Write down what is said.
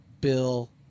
Bill